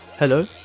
Hello